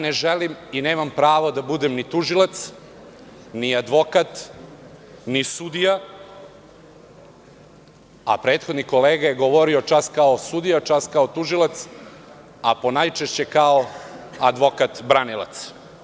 Ne želim i nemam pravo da budem ni tužilac, ni advokat, ni sudija, a prethodni kolega je govorio čas kao sudija, čas kao tužilac, a najčešće kao advokat branilac.